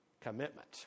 commitment